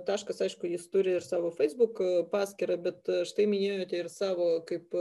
taškas aišku jis turi ir savo feisbuk paskyrą bet štai minėjote ir savo kaip